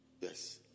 Yes